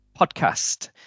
Podcast